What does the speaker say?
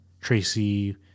Tracy